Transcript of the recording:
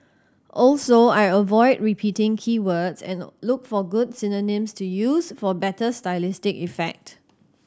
also I avoid repeating key words and look for good synonyms to use for better stylistic effect